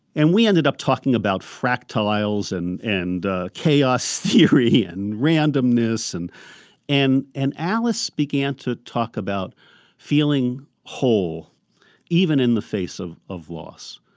and we ended up talking about fractals and and chaos theory and randomness, and and and alice began to talk about feeling whole even in the face of of loss.